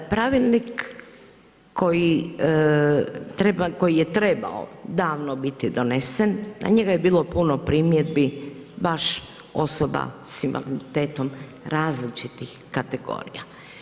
Pravilnik koji je trebao davno biti donesen, na njega je bilo puno primjedbi baš osoba s invaliditetom različitih kategorija.